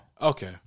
Okay